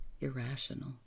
irrational